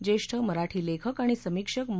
ज्येष्ठ मराठी लेखक आणि समीक्षक म